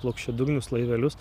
plokščiadugnius laivelius